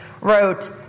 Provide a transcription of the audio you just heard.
wrote